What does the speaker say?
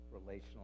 relational